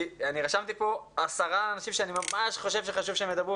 אני רשמתי פה עשרה אנשים שאני ממש חושב שחשוב שהם ידברו,